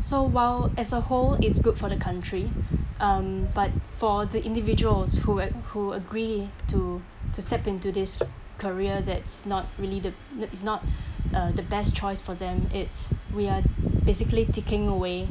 so while as a whole it's good for the country um but for the individuals who a~ who agree to to step into this career that's not really the the is not uh the best choice for them it's we are basically taking away